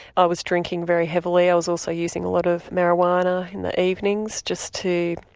i was drinking very heavily, i was also using a lot of marihuana in the evenings just to.